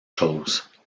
choses